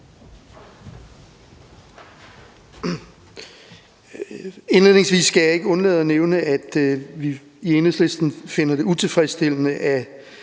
Indledningsvis skal jeg ikke undlade at nævne, at vi i Enhedslisten finder det utilfredsstillende, at